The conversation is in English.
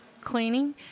Cleaning